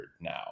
now